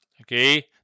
Okay